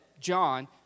John